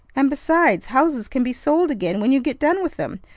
and, besides, houses can be sold again when you get done with them,